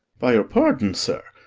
by your pardon, sir.